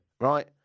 right